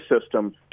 system